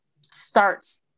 starts